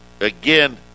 again